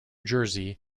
jersey